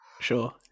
Sure